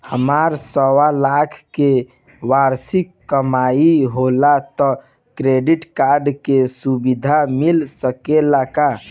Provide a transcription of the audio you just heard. हमार सवालाख के वार्षिक कमाई होला त क्रेडिट कार्ड के सुविधा मिल सकेला का?